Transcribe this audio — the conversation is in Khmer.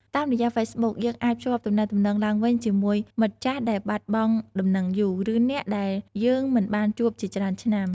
តាមរយៈហ្វេសប៊ុក យើងអាចភ្ជាប់ទំនាក់ទំនងឡើងវិញជាមួយមិត្តចាស់ដែលបាត់បង់ដំណឹងយូរ ឬអ្នកដែលយើងមិនបានជួបជាច្រើនឆ្នាំ។